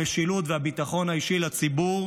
המשילות והביטחון האישי לציבור,